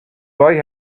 boy